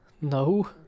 no